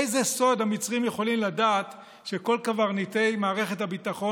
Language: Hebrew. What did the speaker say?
איזה סוד המצרים יכולים לדעת שכל קברניטי מערכת הביטחון